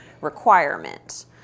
requirement